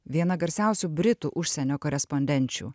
viena garsiausių britų užsienio korespondenčių